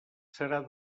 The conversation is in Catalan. serà